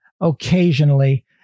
occasionally